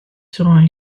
seront